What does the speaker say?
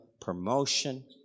promotion